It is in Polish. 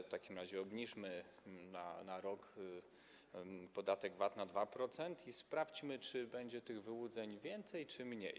W takim razie obniżmy na rok podatek VAT do 2% i sprawdźmy, czy będzie tych wyłudzeń więcej czy mniej.